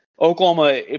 Oklahoma